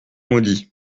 maudits